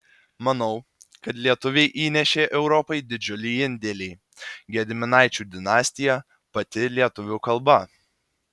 manau kad lietuviai įnešė europai didžiulį indėlį gediminaičių dinastija pati lietuvių kalba